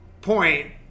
point –